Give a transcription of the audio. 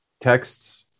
texts